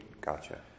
Gotcha